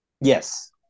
Yes